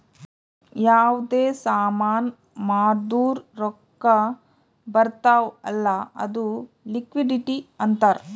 ಯಾವ್ದೇ ಸಾಮಾನ್ ಮಾರ್ದುರ್ ರೊಕ್ಕಾ ಬರ್ತಾವ್ ಅಲ್ಲ ಅದು ಲಿಕ್ವಿಡಿಟಿ ಅಂತಾರ್